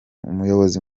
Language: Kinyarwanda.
umuyobozi